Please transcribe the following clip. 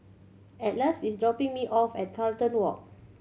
Atlas is dropping me off at Carlton Walk